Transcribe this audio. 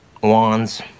wands